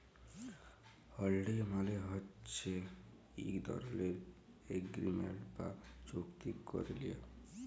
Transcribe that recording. হুল্ডি মালে হছে ইক ধরলের এগ্রিমেল্ট বা চুক্তি ক্যারে লিয়া